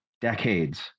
decades